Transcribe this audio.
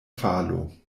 falo